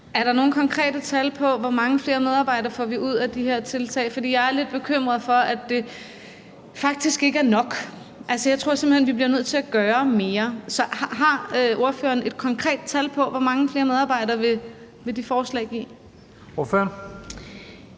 er der så nogle konkrete tal på, hvor mange flere medarbejdere vi får ud af de her tiltag? Jeg er lidt bekymret for, at det faktisk ikke er nok. Jeg tror simpelt hen, at vi bliver nødt til at gøre mere. Så har ordføreren et konkret tal på, hvor mange flere medarbejdere det forslag vil give?